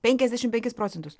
penkiasdešim penkis procentus